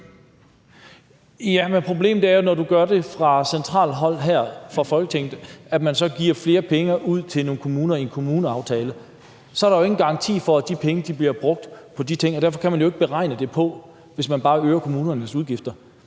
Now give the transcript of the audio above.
problemet er jo, når du gør det fra centralt hold her fra Folketinget, at man så giver flere penge ud til nogle kommuner i en kommuneaftale. Så er der jo ingen garanti for, at de penge bliver brugt på de ting, og derfor kan man ikke beregne det efter, hvis man bare øger kommunernes udgifter.